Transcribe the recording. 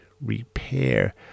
Repair